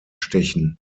stechen